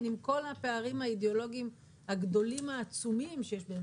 עם כל הפערים האידיאולוגיים הגדולים והעצומים שיש בינינו,